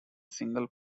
single